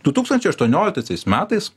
du tūkstančiai aštuonioliktaisiais metais